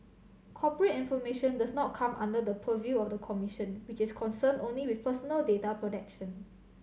corporate information does not come under the purview of the commission which is concerned only with personal data protection